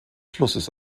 flusses